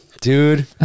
Dude